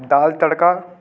दाल तड़का